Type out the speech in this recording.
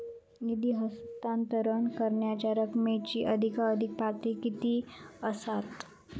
निधी हस्तांतरण करण्यांच्या रकमेची अधिकाधिक पातळी किती असात?